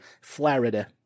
Florida